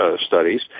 studies